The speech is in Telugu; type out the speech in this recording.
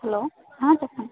హలో చెప్పండి